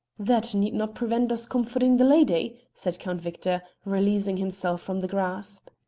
that need not prevent us comforting the lady, said count victor, releasing himself from the grasp.